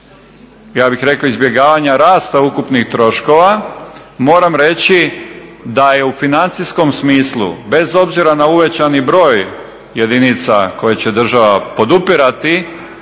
ja bih rekao izbjegavanja rasta ukupnih troškova moram reći da je u financijskom smislu bez obzira na uvećani broj jedinica koje će država podupirati,